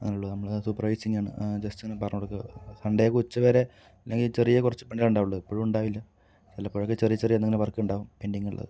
അതിനുള്ള നമ്മള് സൂപ്പർവൈസിങ് ആണ് ജസ്റ്റൊന്നു പറഞ്ഞ് കൊടുത്ത് സൺഡേ ഉച്ചവരെ അല്ലങ്കിൽ ചെറിയ കുറച്ച് പണിയേ ഉണ്ടാകുവോള്ളു എപ്പഴും ഉണ്ടാകില്ല വല്ലപ്പോഴുവൊക്കെ ചെറിയ ചെറിയ എന്തെങ്കിലു വർക്ക് ഉണ്ടാകും പെന്റിങ് ഇള്ളത്